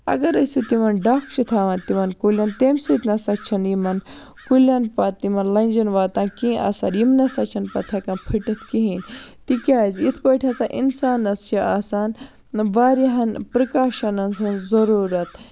اَگَر أسۍ وَ تِمَن ڈَکھ چھِ تھاوان تِمَن کُلٮ۪ن تمہِ سۭتۍ نَسا چھِنہٕ یِمَن کُلٮ۪ن پَتہٕ تِمَن لَنجَن واتان کِہیٖنۍ اَثَر یِم نَسا چھِنہٕ پَتہٕ ہیٚکان پھٕٹِتھ کِہیٖنۍ تکیازِ یِتھ پٲٹھۍ ہَسا اِنسانَس چھ آسان مَطلَب واریاہَن پرکاشَنَن ہٕنٛز ضروٗرَت